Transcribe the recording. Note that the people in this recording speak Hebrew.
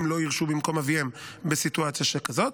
לא יירשו במקום אביהם בסיטואציה שכזאת.